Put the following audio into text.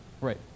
Right